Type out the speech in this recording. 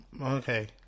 Okay